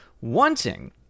wanting